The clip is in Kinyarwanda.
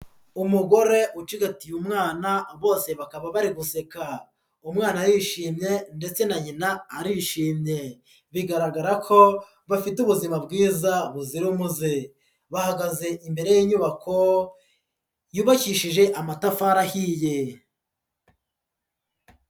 Umugore ucigatiye umwana bose bakaba bari guseka, umwana yishimye ndetse na nyina arishimye, bigaragara ko bafite ubuzima bwiza buzira umuze, bahagaze imbere y'inyubako yubakishije amatafari ahiye.